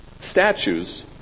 statues